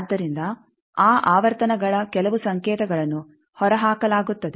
ಆದ್ದರಿಂದ ಆ ಆವರ್ತನಗಳ ಕೆಲವು ಸಂಕೇತಗಳನ್ನು ಹೊರಹಾಕಲಾಗುತ್ತದೆ